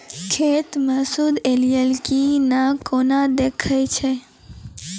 खाता मे सूद एलय की ने कोना देखय छै?